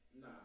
Nah